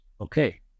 okay